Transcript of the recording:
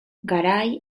garay